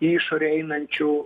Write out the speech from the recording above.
išorėj einančių